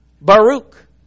Baruch